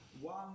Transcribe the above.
one